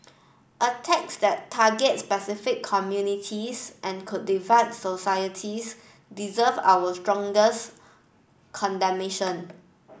attacks that target specific communities and could divide societies deserve our strongest condemnation